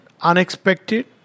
unexpected